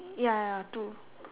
ya ya two